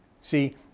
See